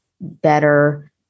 better